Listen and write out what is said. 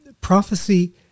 Prophecy